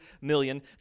million